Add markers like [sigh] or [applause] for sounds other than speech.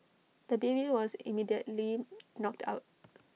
the baby was immediately [noise] knocked out